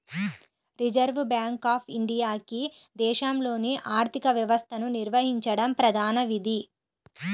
reserve bank of ఇండియాకి దేశంలోని ఆర్థిక వ్యవస్థను నిర్వహించడం ప్రధాన విధి